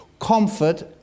comfort